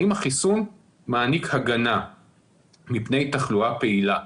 האם החיסון מעניק הגנה מפני תחלואה פעילה.